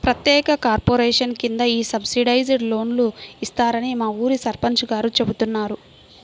ప్రత్యేక కార్పొరేషన్ కింద ఈ సబ్సిడైజ్డ్ లోన్లు ఇస్తారని మా ఊరి సర్పంచ్ గారు చెబుతున్నారు